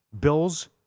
Bills